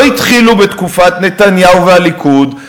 לא התחילו בתקופת נתניהו והליכוד,